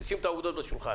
נשים את העובדות על השולחן.